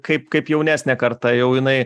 kaip kaip jaunesnė karta jau jinai